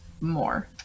more